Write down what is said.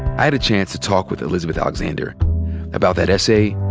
i had a chance to talk with elizabeth alexander about that essay,